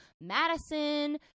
Madison